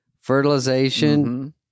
fertilization